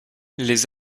les